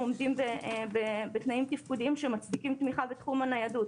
עומדים בתנאים תפקודיים שמצדיקים תמיכה בתחום הניידות.